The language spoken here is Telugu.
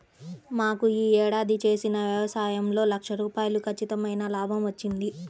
మాకు యీ ఏడాది చేసిన యవసాయంలో లక్ష రూపాయలు ఖచ్చితమైన లాభం వచ్చింది